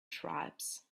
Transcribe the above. tribes